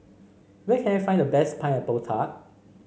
where can I find the best Pineapple Tart